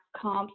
comps